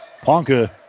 Ponka